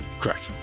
correct